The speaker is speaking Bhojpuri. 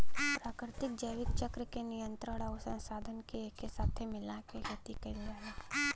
प्राकृतिक जैविक चक्र क नियंत्रण आउर संसाधन के एके साथे मिला के खेती कईल जाला